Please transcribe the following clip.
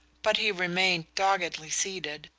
but he remained doggedly seated,